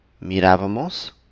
mirábamos